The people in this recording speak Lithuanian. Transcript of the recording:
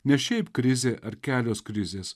ne šiaip krizė ar kelios krizės